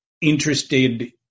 interested